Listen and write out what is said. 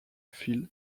phil